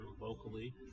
locally